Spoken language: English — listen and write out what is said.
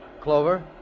Clover